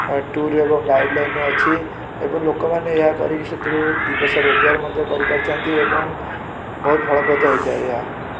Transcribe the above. ଏହାର ଟୁର୍ ଏବଂ ଗାଇଡ଼ଲାଇନ୍ ଅଛି ଏବଂ ଲୋକମାନେ ଏହା କରିକି ସେଥିରୁ ଦୁଇପଇସା ରୋଜଗାର ମଧ୍ୟ କରିପାରୁଛନ୍ତି ଏବଂ ବହୁତ ଫଳପ୍ରଦ ହେଇଥାଏ ଏହା